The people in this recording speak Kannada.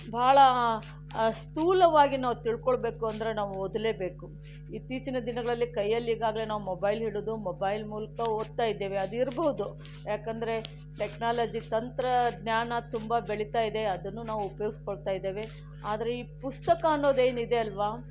ಬಹಳ ಸ್ಥೂಲವಾಗಿ ನಾವು ತಿಳ್ಕೊಳ್ಬೇಕು ಅಂದರೆ ನಾವು ಓದಲೇಬೇಕು ಇತ್ತೀಚಿನ ದಿನಗಳಲ್ಲಿ ಕೈಯಲ್ಲಿ ಈಗಾಗಲೇ ನಾವು ಮೊಬೈಲ್ ಹಿಡಿದು ಮೊಬೈಲ್ ಮೂಲಕ ಓದ್ತಾ ಇದ್ದೇವೆ ಅದಿರಬಹುದು ಯಾಕೆಂದರೆ ಟೆಕ್ನಾಲಜಿ ತಂತ್ರಜ್ಞಾನ ತುಂಬ ಬೆಳಿತಾ ಇದೆ ಅದನ್ನೂ ನಾವು ಉಪಯೋಗಿಸ್ಕೊಳ್ತಾ ಇದ್ದೇವೆ ಆದರೆ ಈ ಪುಸ್ತಕ ಅನ್ನೋದೇನಿದೆ ಅಲ್ವ